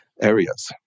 areas